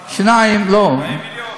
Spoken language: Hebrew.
לא, 200 מיליון.